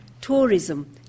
Tourism